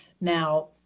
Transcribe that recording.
Now